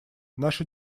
наша